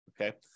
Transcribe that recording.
okay